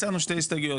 הצענו שתי הסתייגויות,